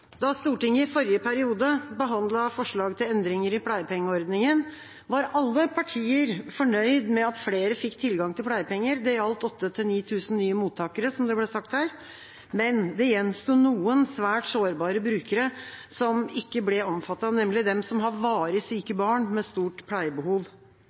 Da Stortinget i forrige periode behandlet forslag til endringer i pleiepengeordningen, var alle partier fornøyd med at flere fikk tilgang til pleiepenger. Det gjaldt 8 000–9 000 nye mottakere, som det ble sagt her, men det gjensto noen svært sårbare brukere som ikke ble omfattet, nemlig dem som har varig